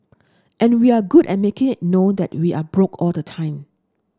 and we're good at make it know that we are broke all the time